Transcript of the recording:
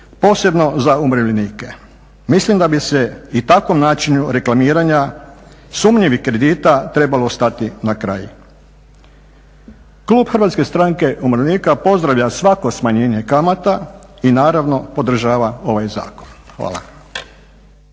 posebno za umirovljenike. Mislim da bi se i takvom načinu reklamiranja sumnjivih kredita trebalo stati na kraju. Klub Hrvatske stranke umirovljenika pozdravlja svako smanjenje kamata i naravno podržava ovaj zakon. Hvala.